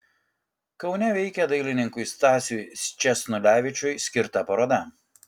kaune veikia dailininkui stasiui sčesnulevičiui skirta paroda